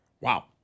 Wow